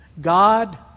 God